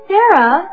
Sarah